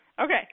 Okay